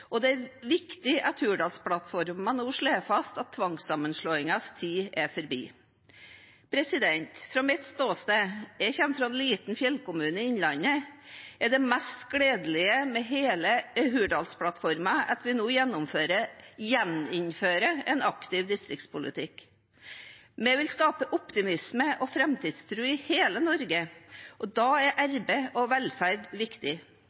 og det er viktig at Hurdalsplattformen nå slår fast at tvangssammenslåingens tid er forbi. Fra mitt ståsted – jeg kommer fra en liten fjellkommune i innlandet – er det mest gledelige med hele Hurdalsplattformen at vi nå gjeninnfører en aktiv distriktspolitikk. Vi vil skape optimisme og framtidstro i hele Norge, og da er arbeid og velferd viktig.